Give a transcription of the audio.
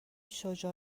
شجاع